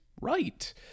right